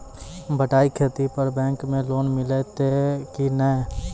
बटाई खेती पर बैंक मे लोन मिलतै कि नैय?